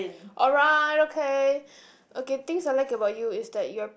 alright okay okay things I like about you is that you're